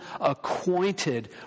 acquainted